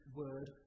word